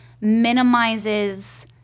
minimizes